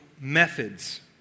methods